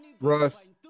Russ